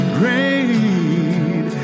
great